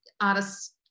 artists